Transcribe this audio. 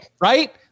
right